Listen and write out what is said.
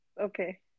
Okay